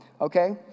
Okay